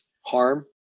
harm